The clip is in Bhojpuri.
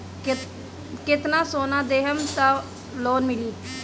कितना सोना देहम त लोन मिली?